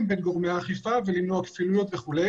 בין גורמי האכיפה ולמנוע כפילויות וכו'.